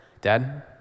Dad